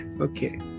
Okay